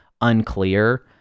unclear